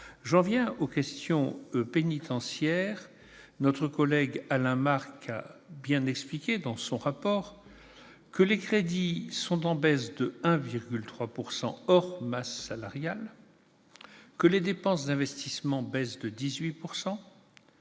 maintenant aux questions pénitentiaires. Alain Marc a bien expliqué dans son rapport que les crédits sont en baisse de 1,3 % hors masse salariale, que les dépenses d'investissement diminuent de 18 %,